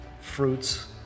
fruits